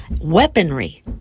weaponry